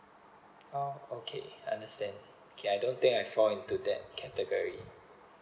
oh okay understand okay I don't think I fall into that category